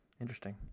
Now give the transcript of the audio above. Interesting